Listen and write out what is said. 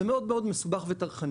זה מאוד מאוד מסובך וטרחני.